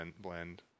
blend